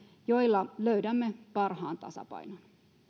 joilla löydämme parhaan tasapainon